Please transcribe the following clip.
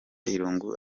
irungu